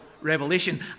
revelation